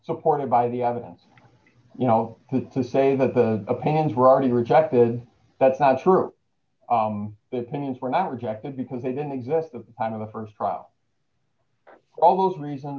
supported by the evidence you know who's to say that the opinions were already rejected that's not true that means we're not rejected because they didn't exist the kind of a st trial all those reasons